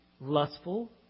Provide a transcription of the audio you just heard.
lustful